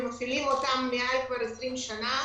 ומפעילים אותה כבר מעל 20 שנה.